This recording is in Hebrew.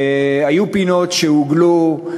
היו פינות שעוגלו,